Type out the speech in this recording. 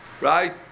right